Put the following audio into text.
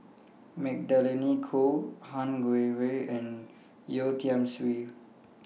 Magdalene Khoo Han Guangwei and Yeo Tiam Siew